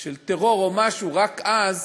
של טרור, רק אז